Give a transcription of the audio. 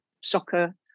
soccer